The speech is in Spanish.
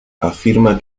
afirma